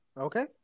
Okay